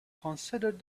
considered